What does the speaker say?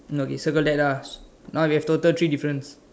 no you circle that lah now we have total three difference